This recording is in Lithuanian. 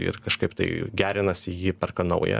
ir kažkaip tai gerinasi jį perka naują